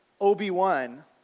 Obi-Wan